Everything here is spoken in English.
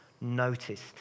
noticed